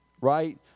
right